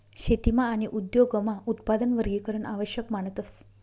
शेतीमा आणि उद्योगमा उत्पादन वर्गीकरण आवश्यक मानतस